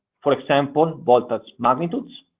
for example, both as magnitudes,